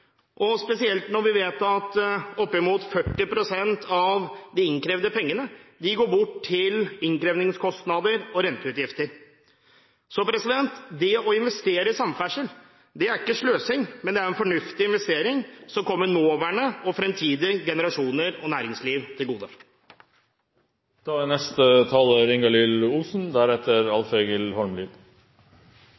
bompengeløsning, spesielt når vi vet at oppimot 40 pst. av de innkrevde pengene går bort i innkrevingskostnader og renteutgifter. Det å investere i samferdsel er ikke sløsing, men det er en fornuftig investering som kommer nåværende og framtidige generasjoner og næringsliv til gode. En stor del av riksveiene er